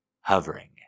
hovering